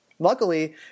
Luckily